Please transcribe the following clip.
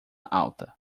alta